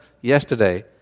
yesterday